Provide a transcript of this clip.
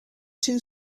two